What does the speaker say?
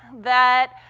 that